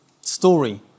story